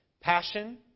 passion